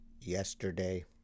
yesterday